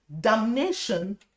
damnation